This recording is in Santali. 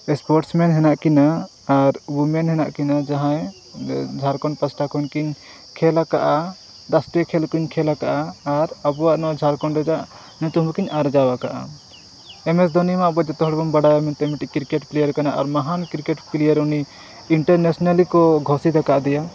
ᱥᱯᱳᱨᱴᱥ ᱢᱮᱱ ᱦᱮᱱᱟᱜ ᱠᱤᱱᱟᱹ ᱟᱨ ᱩᱢᱮᱱ ᱦᱮᱱᱟᱜ ᱠᱤᱱᱟᱹ ᱡᱟᱦᱟᱸᱭ ᱡᱷᱟᱨᱠᱷᱚᱸᱰ ᱯᱟᱥᱴᱟ ᱠᱷᱚᱱᱠᱤᱱ ᱠᱷᱮᱞ ᱟᱠᱟᱫᱼᱟ ᱨᱟᱥᱴᱤᱭᱚ ᱠᱷᱮᱞ ᱦᱚᱸ ᱠᱤᱱ ᱠᱷᱮᱞ ᱟᱠᱟᱫᱼᱟ ᱟᱨ ᱟᱵᱚᱣᱟᱜ ᱱᱚᱣᱟ ᱡᱷᱟᱨᱠᱷᱚᱸᱰ ᱨᱮᱭᱟᱜ ᱧᱩᱛᱩᱢ ᱦᱚᱠᱤᱱ ᱟᱨᱡᱟᱣ ᱟᱠᱟᱫᱼᱟ ᱮᱢ ᱮᱥ ᱫᱷᱚᱱᱤ ᱢᱟ ᱟᱵᱚ ᱡᱚᱛᱚ ᱦᱚᱲ ᱵᱚᱱ ᱵᱟᱰᱟᱭᱟ ᱢᱮᱱᱛᱮ ᱢᱤᱫᱴᱮᱱ ᱠᱨᱤᱠᱮᱴ ᱯᱞᱮᱭᱟᱨ ᱠᱟᱱᱟᱭ ᱟᱨ ᱢᱟᱦᱟᱱ ᱠᱨᱤᱠᱮᱴ ᱯᱞᱮᱭᱟᱨ ᱩᱱᱤ ᱤᱱᱴᱟᱨᱱᱮᱥᱱᱮᱞᱤ ᱠᱚ ᱜᱷᱳᱥᱤᱛ ᱟᱠᱟᱫᱮᱭᱟ